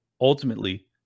ultimately